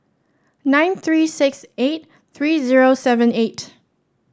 nine three six eight three zero seven eight